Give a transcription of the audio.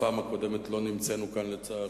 בפעם הקודמת לא נמצאנו כאן, לצערי,